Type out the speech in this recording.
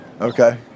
Okay